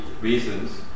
reasons